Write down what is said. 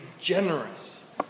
generous